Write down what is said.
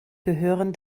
gehören